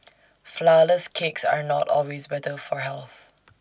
Flourless Cakes are not always better for health